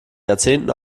jahrzehnten